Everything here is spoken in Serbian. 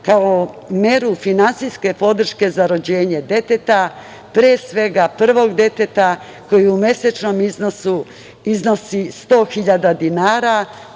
kao meru finansijske podrške za rođenje deteta pre svega prvo deteta koji u mesečnom iznosu iznosi 100 hiljada